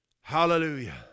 Hallelujah